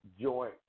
joint